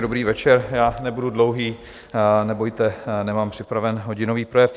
Dobrý večer, já nebudu dlouhý, nebojte se, nemám připravený hodinový projev.